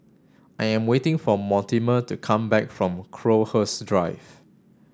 I am waiting for Mortimer to come back from Crowhurst Drive